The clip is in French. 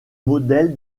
modèle